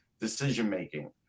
decision-making